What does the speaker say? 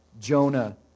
Jonah